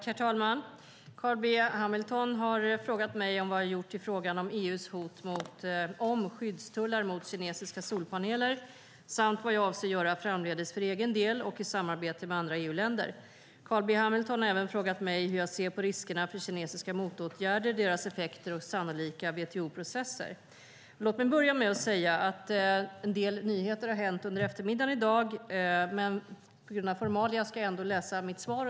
Herr talman! Carl B Hamilton har frågat mig vad jag har gjort i frågan om EU:s hot om skyddstullar mot kinesiska solpaneler samt vad jag avser att göra framdeles för egen del och i samarbete med andra EU-länder. Carl B Hamilton har även frågat mig hur jag ser på riskerna för kinesiska motåtgärder, deras effekter och sannolika WTO-processer. Låt mig börja med att säga att det har kommit en del nyheter under eftermiddagen i dag, men på grund av formalia ska jag ändå läsa mitt svar.